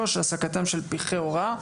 העסקתם של פרחי הוראה.